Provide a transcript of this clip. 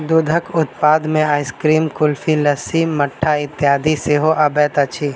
दूधक उत्पाद मे आइसक्रीम, कुल्फी, लस्सी, मट्ठा इत्यादि सेहो अबैत अछि